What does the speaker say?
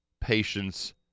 patience